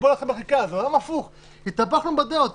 התהפכנו בדעות.